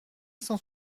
cent